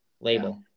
label